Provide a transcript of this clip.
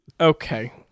Okay